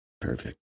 Perfect